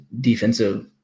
defensive